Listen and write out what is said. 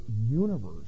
universe